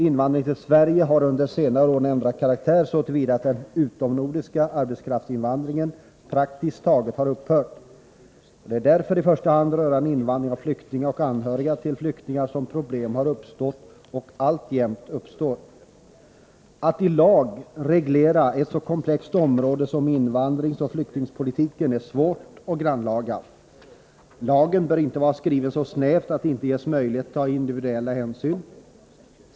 Invandringen till Sverige har under de senaste åren ändrat karaktär så till vida att den utomnordiska arbetskraftsinvandringen praktiskt taget har upphört. Det är därför i första hand rörande invandring av flyktingar och anhöriga till flyktingar som problem har uppstått och alltjämt uppstår. Att ilag reglera ett så komplext område som invandringsoch flyktingpolitiken är svårt och grannlaga. Lagen bör inte vara skriven så snävt att det inte ges möjligheter att ta individuella hänsyn.